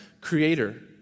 creator